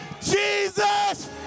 Jesus